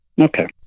Okay